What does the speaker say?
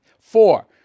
Four